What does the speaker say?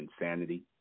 insanity